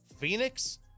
Phoenix